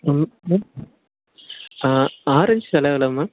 ஆ orange விலை எவ்வளோ ma'am